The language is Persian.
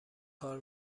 کار